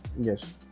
yes